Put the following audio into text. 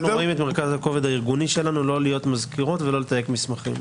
מרכז הכובד הארגוני שלנו הוא לא להיות מזכירות ולא לתייק מסמכים.